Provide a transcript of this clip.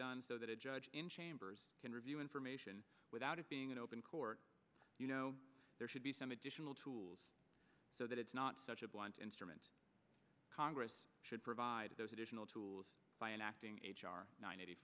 done so that a judge in chambers can review information without it being in open court you know there should be some additional tools so that it's not such a blunt instrument congress should provide those additional tools by enacting h r ninety